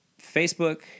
Facebook